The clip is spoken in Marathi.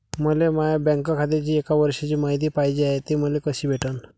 मले माया बँक खात्याची एक वर्षाची मायती पाहिजे हाय, ते मले कसी भेटनं?